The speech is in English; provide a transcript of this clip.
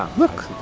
ah look!